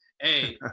Hey